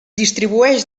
distribueix